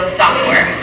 software